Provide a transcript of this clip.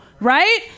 right